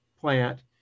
plant